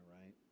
right